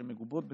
שמגובות בתקציב,